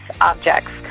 objects